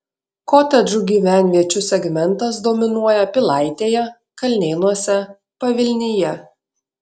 kotedžų gyvenviečių segmentas dominuoja pilaitėje kalnėnuose pavilnyje